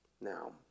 Now